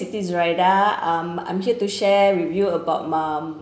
siti zuraidah um I'm here to share with you about um